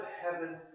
heaven